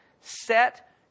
Set